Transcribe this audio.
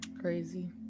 crazy